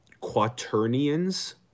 quaternions